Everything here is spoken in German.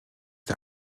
der